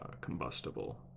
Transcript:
combustible